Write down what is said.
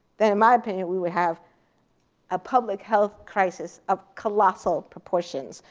then in my opinion we would have a public health crisis of colossal proportions.